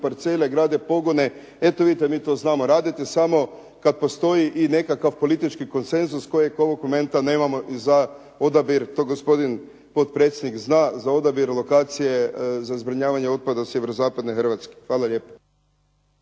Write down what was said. parcele, grade pogone. Eto vidite, mi to znamo raditi samo kad postoji i nekakav politički konsenzus kojeg ovog momenta nemamo za odabir, to gospodin potpredsjednik zna, za odabir lokacije za zbrinjavanje otpada sjevero-zapadne Hrvatske. Hvala lijepo.